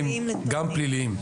גם פליליים.